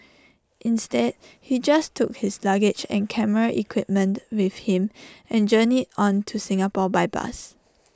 instead he just took his luggage and camera equipment with him and journeyed on to Singapore by bus